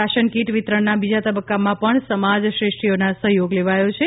ration kit વિતરણ ના બીજા તબકકામાં પણ સમાજ શ્રેષ્ઠીઓના સહયોગ લેવાયો છે